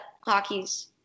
hockey's